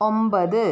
ഒമ്പത്